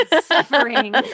suffering